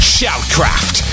Shoutcraft